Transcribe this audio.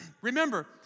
Remember